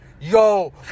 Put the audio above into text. yo